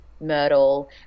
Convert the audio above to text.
myrtle